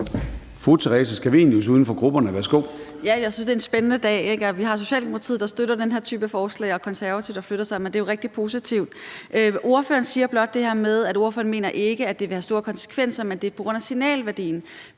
Fru Theresa Scavenius, uden for grupperne. Værsgo. Kl. 11:10 Theresa Scavenius (UFG): Jeg synes, det er en spændende dag. Vi har Socialdemokratiet, der støtter den her type forslag, og Konservative, der flytter sig, og det er jo rigtig positivt. Blot siger ordføreren det her med, at ordføreren ikke mener, at det vil have store konsekvenser, men at det er vigtigt på grund af signalværdien.